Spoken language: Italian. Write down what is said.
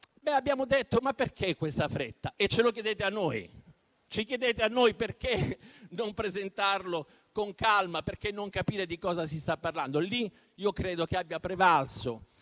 siamo detti "perché questa fretta?" E lo chiedete a noi? Chiedete a noi perché non presentarlo con calma? Perché non capire di cosa si sta parlando? Lì credo che abbia prevalso